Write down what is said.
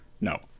No